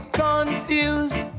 confused